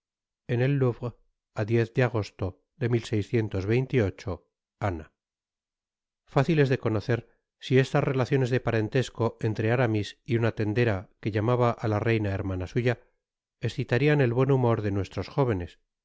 en el louvre a de agosto de ana fácil es de conocer si estas relaciones de parentesco entre aramis y una tendera que llamaba á la reina hermana suya escitarian el buen humor de nuestros jóvenes